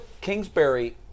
Kingsbury